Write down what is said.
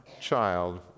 child